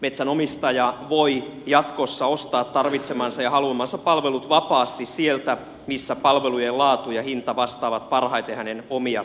metsänomistaja voi jatkossa ostaa tarvitsemansa ja haluamansa palvelut vapaasti sieltä missä palvelujen laatu ja hinta vastaavat parhaiten hänen omia tarpeitaan